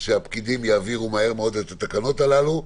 שהפקידים יעבירו מהר מאוד את התקנות האלה.